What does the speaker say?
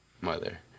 Mother